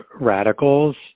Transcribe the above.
radicals